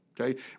okay